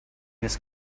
this